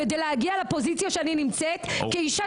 כדי להגיע לפוזיציה שאני נמצאת כאישה